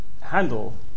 handle